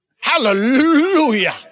Hallelujah